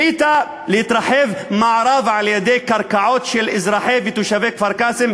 להתרחב מערבה על קרקעות של אזרחי ותושבי כפר-קאסם.